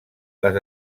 les